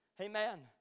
Amen